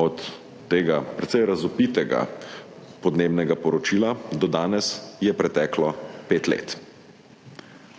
Od tega precej razvpitega podnebnega poročila do danes je preteklo pet let.